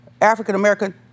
African-American